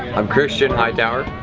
i'm christian hightower,